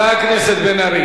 מה אתה אומר?